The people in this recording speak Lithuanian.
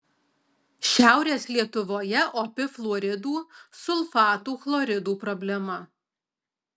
šiaurės lietuvoje opi fluoridų sulfatų chloridų problema